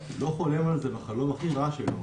לא חולם על זה בחלום הכי רע שלו,